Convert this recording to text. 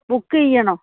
book ചെയ്യണോ